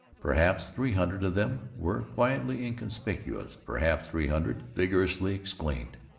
perhaps three hundred of them were quietly inconspicuous perhaps three hundred vigorously exclaimed,